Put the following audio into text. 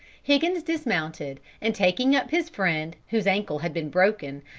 higgins dismounted, and taking up his friend, whose ankle had been broken,